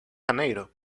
janeiro